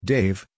Dave